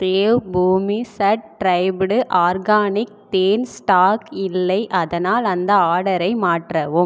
Devbhoomi certified organic தேன் stock இல்லை அதனால் அந்த ஆடரை மாற்றவும்